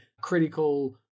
critical